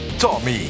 Tommy